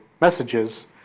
messages